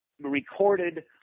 recorded